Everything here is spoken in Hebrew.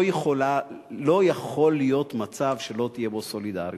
לא יכול להיות מצב שלא תהיה בו סולידריות,